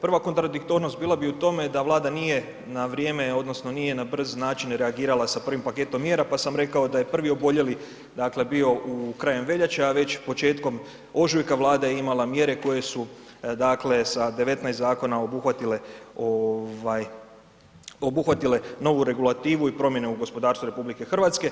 Prva kontradiktornost bila bi u tome da Vlada nije na vrijeme odnosno nije na brz način reagirala sa prvim paketom mjera, pa sam rekao da je prvi oboljeli krajem veljače, a već početkom ožujka Vlada je imala mjere koje su sa 19 zakona obuhvatile novu regulativu i promjenu u gospodarstvu RH.